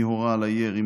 מי הורה על הירי,